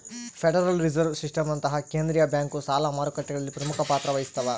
federal Reserve ಸಿಸ್ಟಮ್ನಂತಹ ಕೇಂದ್ರೀಯ bank ಸಾಲ ಮಾರುಕಟ್ಟೆಗಳಲ್ಲಿ ಪ್ರಮುಖ ಪಾತ್ರ ವಹಿಸ್ತವ